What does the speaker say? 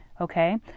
Okay